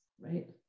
right